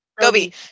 Gobi